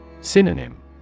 Synonym